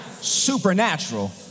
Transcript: supernatural